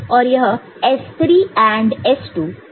और यह S3 AND S2 और S3 AND S1 है